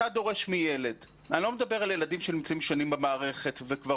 אני לא מדבר על ילדים שנמצאים שנים במערכת וכבר